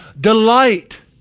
Delight